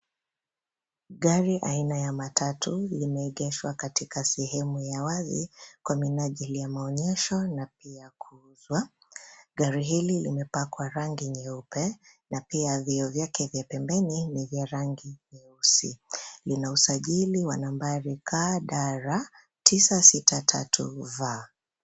Gari aina ya matatu limeegeshwa katika sehemu ya wazi kwa minajili ya maonyesho na pia kuuzwa. Gari hili limepakwa rangi nyeupe na pia vioo vyake vya pembeni ni vya rangi nyeusi. Ina usajili wa nambari KDR 963V.